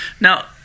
Now